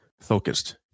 focused